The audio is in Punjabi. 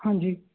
ਹਾਂਜੀ